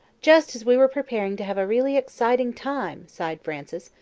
just as we were preparing to have a really exciting time, sighed frances,